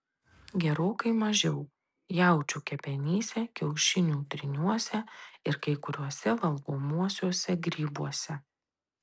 gerokai mažiau jaučių kepenyse kiaušinių tryniuose ir kai kuriuose valgomuosiuose grybuose